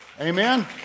Amen